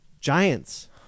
giants